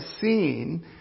seen